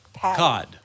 cod